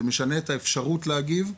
זה משנה את האפשרות להגיב,